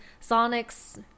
sonic's